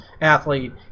athlete